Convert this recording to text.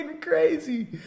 crazy